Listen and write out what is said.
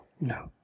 No